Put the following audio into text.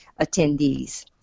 attendees